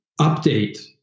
update